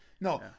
No